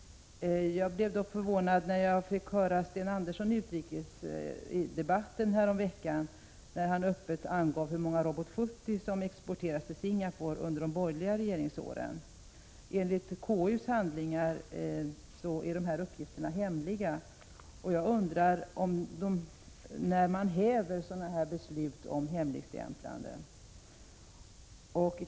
Jag blev dock förvånad när jag fick höra Sten Andersson i utrikesdebatten häromveckan 73 öppet ange hur många Robot 70 som exporterades till Singapore under de borgerliga regeringsåren. Enligt KU:s handlingar är dessa uppgifter hemliga. Jag undrar: När hävs dessa beslut om hemligstämpling?